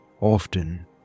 often